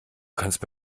kannst